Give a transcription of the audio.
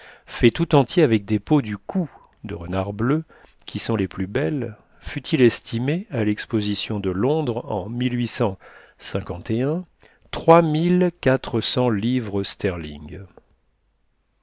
fait tout entier avec des peaux du cou de renard bleu qui sont les plus belles fut-il estimé à l'exposition de londres en trois mille quatre cents livres sterling